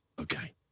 Okay